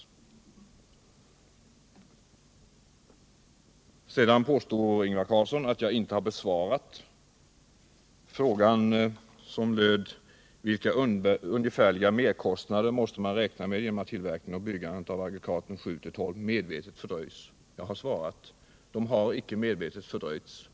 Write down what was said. Ingvar Carlsson påstår sedan att jag inte har besvarat den fråga som löd: ”Vilka ungefärliga merkostnader måste man räkna med genom att tillverkningen och byggandet av aggregaten 7-12 medvetet fördröjs?” Jag har svarat: Det har inte skett någon medveten fördröjning.